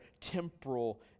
temporal